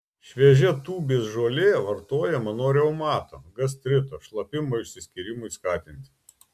šviežia tūbės žolė vartojama nuo reumato gastrito šlapimo išsiskyrimui skatinti